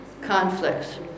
conflicts